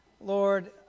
Lord